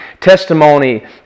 testimony